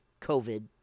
COVID